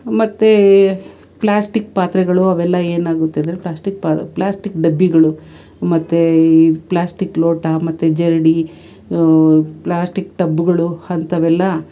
ಮತ್ತೇ ಪ್ಲ್ಯಾಸ್ಟಿಕ್ ಪಾತ್ರೆಗಳು ಅವೆಲ್ಲ ಏನಾಗುತ್ತೆ ಅಂದರೆ ಪ್ಲ್ಯಾಸ್ಟಿಕ್ ಪ್ಲ್ಯಾಸ್ಟಿಕ್ ಡಬ್ಬಿಗಳು ಮತ್ತು ಈ ಪ್ಲ್ಯಾಸ್ಟಿಕ್ ಲೋಟ ಮತ್ತು ಜರಡಿ ಪ್ಲ್ಯಾಸ್ಟಿಕ್ ಟಬ್ಗಳು ಅಂಥವೆಲ್ಲ